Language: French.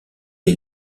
est